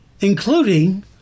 including